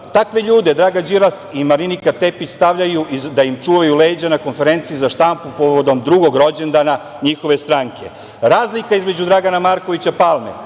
Takvi ljude Dragan Đilas i Marinika Tepić stavljaju da im čuvaju leđa na konferenciji za štampu povodom drugog rođendana njihove stranke. Razlika između Dragana Markovića Palme